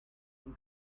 une